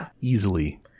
easily